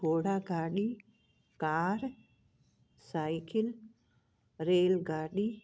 घोड़ा गाॾी car cycle rail गाॾी